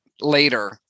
later